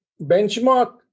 benchmark